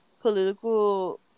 political